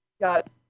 got